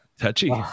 Touchy